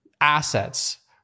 assets